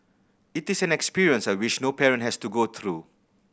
it is an experience I wish no parent has to go through